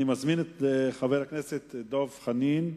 אני מזמין את חבר הכנסת דב חנין.